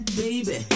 baby